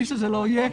מי שזה לא יהיה,